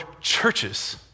churches